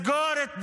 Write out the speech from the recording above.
התגעגענו אלייך.